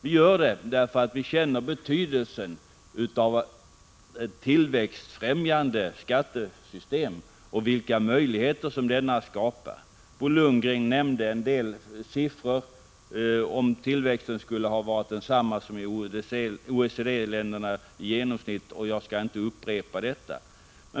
Vi gör det därför att vi känner betydelsen av ett tillväxtfrämjande skattesystem och vilka möjligheter som detta skapar. Bo Lundgren nämnde en del siffror om tillväxten skulle ha varit densamma som i OECD-länderna i genomsnitt, och jag skall inte upprepa detta.